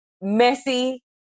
messy